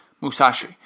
Musashi